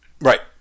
Right